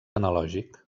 analògic